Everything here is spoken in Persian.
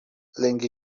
لنگه